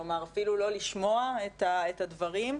כלומר אפילו לא לשמוע את הדברים.